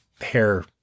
Hair